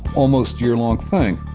almost yearlong thing.